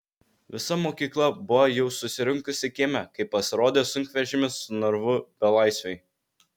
visa mokykla buvo jau susirinkusi kieme kai pasirodė sunkvežimis su narvu belaisviui